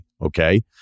Okay